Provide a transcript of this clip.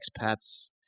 expats